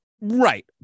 right